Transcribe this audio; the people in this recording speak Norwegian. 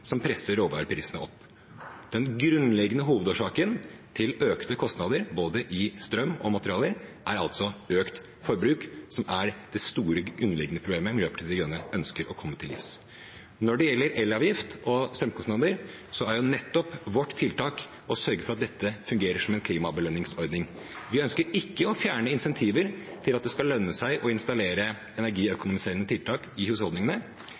som presser råvareprisene opp. Den grunnleggende hovedårsaken til økte kostnader, for både strøm og materialer, er altså økt forbruk, som er det store, underliggende problemet Miljøpartiet De Grønne ønsker å komme til livs. Når det gjelder elavgift og strømkostnader, er nettopp vårt tiltak å sørge for at dette fungerer som en klimabelønningsordning. Vi ønsker ikke å fjerne insentiver til at det skal lønne seg å installere energiøkonomiserende tiltak i husholdningene,